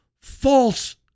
false